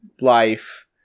life